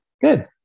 Good